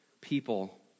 people